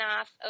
off